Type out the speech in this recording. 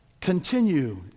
continue